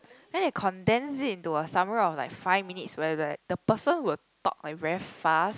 then they condense it into a summary of like five minutes where like the person will talk very fast